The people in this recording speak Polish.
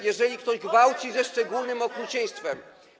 Jeżeli ktoś gwałci ze szczególnym okrucieństwem.